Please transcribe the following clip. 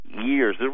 Years